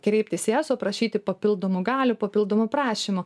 kreiptis į eso prašyti papildomų galių papildomų prašymų